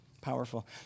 Powerful